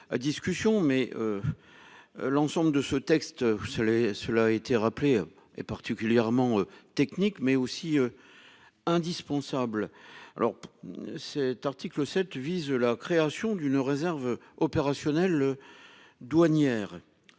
mais. L'ensemble de ce texte. Et cela a été rappelé, et particulièrement technique mais aussi. Indispensable alors. Cet article 7 vise la création d'une réserve opérationnelle. Douanières.